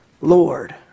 Lord